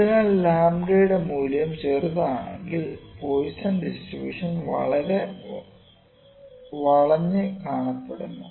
അതിനാൽ ലാംഡയുടെ𝝀 മൂല്യം ചെറുതാണെങ്കിൽ പോയിസൺ ഡിസ്ട്രിബ്യൂഷൻ വളരെ വളഞ്ഞു കാണപ്പെടുന്നു